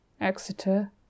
Exeter